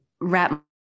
wrap